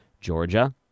Georgia